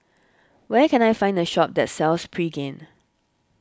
where can I find a shop that sells Pregain